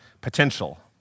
potential